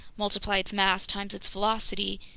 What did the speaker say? multiply its mass times its velocity,